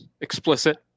explicit